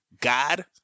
God